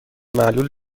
معلول